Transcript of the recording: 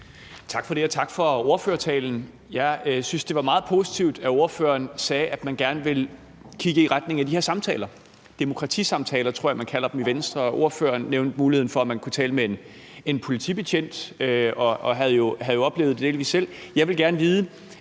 Tak for det, og tak for ordførertalen. Jeg synes, det var meget positivt, at ordføreren sagde, at man gerne vil kigge i retning af de her samtaler – demokratisamtaler, tror jeg man kalder dem i Venstre – og ordføreren nævnte muligheden for, at man kunne tale med en politibetjent, og havde jo oplevet det delvis selv. Jeg vil gerne vide,